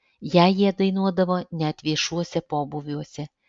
ją jie dainuodavo net viešuose pobūviuose